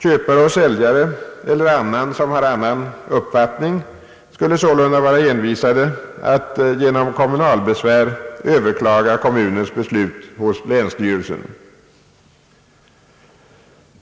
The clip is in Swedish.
Köpare och säljare eller annan som har annan uppfattning skulle sålunda vara hänvisad att genom kommunalbesvär överklaga kommunens beslut hos länsstyrelsen.